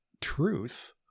truth